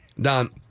Don